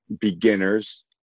beginners